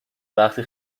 وقتی